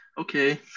Okay